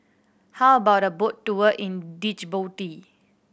how about a boat tour in Djibouti